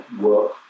work